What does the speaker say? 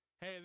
hey